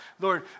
Lord